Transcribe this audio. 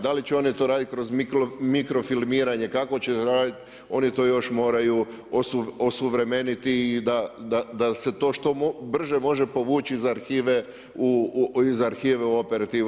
Da li će oni to raditi kroz mikrofilmiranje, kako će raditi, oni to još moraju osuvremeniti i da se to što brže može povući iz arhive u operativu.